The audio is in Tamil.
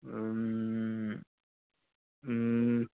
ம் ம்